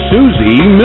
Susie